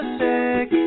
sick